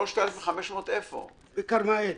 שכר דירה כל כך גבוה בכרמיאל?